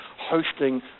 hosting